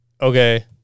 okay